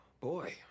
Boy